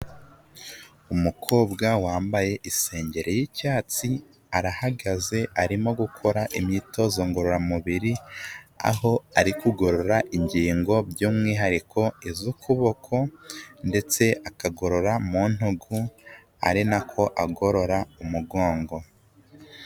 Umukobwa wambaye isengero y'icyatsi, arahagaze, arimo gukora imyitozo ngororamubiri, aho ari kugorora ingingo by'umwihariko iz'ukuboko ndetse akagorora mu ntugu, ari na ko agorora umugongo.